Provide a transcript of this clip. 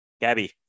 Gabby